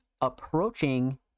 approaching